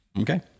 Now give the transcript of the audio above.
Okay